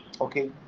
okay